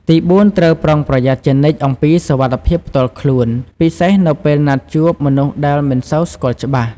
និងទីបួន ត្រូវ ប្រុងប្រយ័ត្នជានិច្ចអំពីសុវត្ថិភាពផ្ទាល់ខ្លួន ពិសេសនៅពេលណាត់ជួបមនុស្សដែលមិនសូវស្គាល់ច្បាស់។